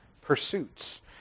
pursuits